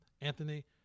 Anthony